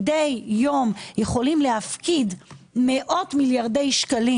מדי יום יכולים להפקיד מאות מיליוני שקלים